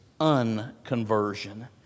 unconversion